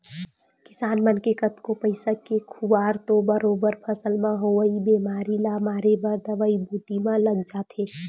किसान मन के कतको पइसा के खुवार तो बरोबर फसल म होवई बेमारी ल मारे बर दवई बूटी म लग जाथे